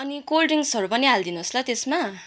अनि कोल्डड्रिङ्कस्हरू पनि हालिदिनु होस् ल त्यसमा